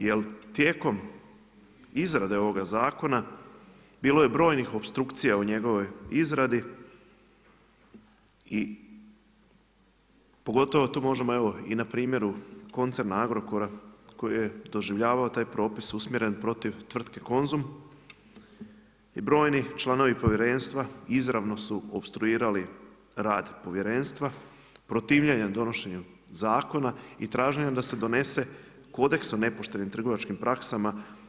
Jel tijekom izrade ovog zakona bilo je brojnih opstrukcija u njegovoj izradi i pogotovo tu možemo na primjeru koncerna Agrokora koji je doživljavao taj propis usmjeren protiv tvrtke Konzum i brojni članovi povjerenstva izravno su opstruirali rad povjerenstva protivljenjem donošenja zakona i traženja da se donese kodeks o nepoštenim trgovačkim praksama.